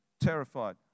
terrified